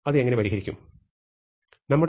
അത് എങ്ങനെ പരിഹരിക്കും റഫർ സമയം 0400